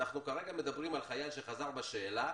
אנחנו כרגע מדברים על חייל שחזר בשאלה